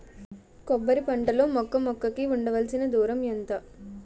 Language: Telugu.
కొబ్బరి పంట లో మొక్క మొక్క కి ఉండవలసిన దూరం ఎంత